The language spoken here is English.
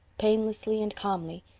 painlessly and calmly,